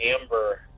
amber